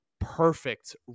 perfect